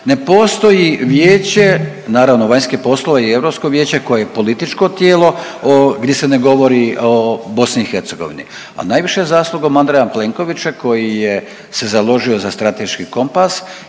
Ne postoji vijeće naravno vanjskih poslova i Europsko vijeće koje je političko tijelo gdje se ne govori o BiH, a najviše zaslugom Andreja Plenkovića koji je se založio za strateški kompas